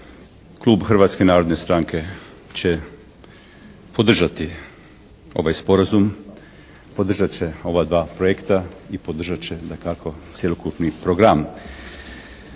Klub Hrvatske narodne stranke će podržati ovaj Sporazum, podržat će ova dva projekta i podržat će dakako cjelokupni program.